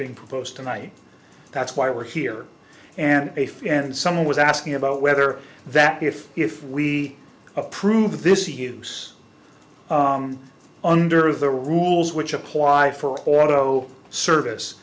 being proposed tonight that's why we're here and a few and some was asking about whether that be if if we approve this use under the rules which apply for auto service